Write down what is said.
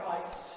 Christ